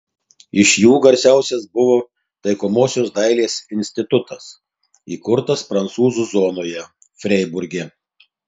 iš jų garsiausias buvo taikomosios dailės institutas įkurtas prancūzų zonoje freiburge